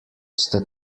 ste